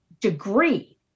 degree